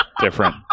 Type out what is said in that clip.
different